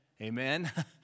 Amen